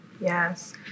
Yes